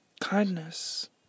Kindness